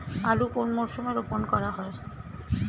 আলু কোন মরশুমে রোপণ করা হয়?